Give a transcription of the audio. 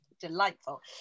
delightful